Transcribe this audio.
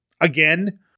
Again